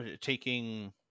Taking